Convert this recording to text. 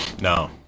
No